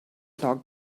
talk